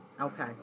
okay